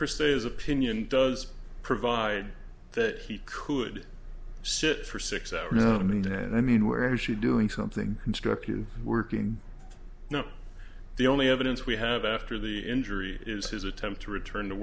is opinion does provide that he could sit for six hours and i mean where is she doing something constructive working now the only evidence we have after the injury is his attempt to return to